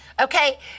okay